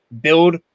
build